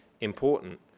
important